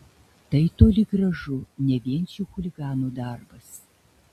tai toli gražu ne vien šių chuliganų darbas